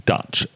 Dutch